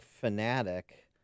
fanatic